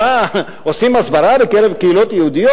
מה, עושים הסברה בקרב קהילות יהודיות?